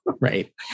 right